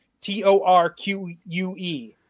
T-O-R-Q-U-E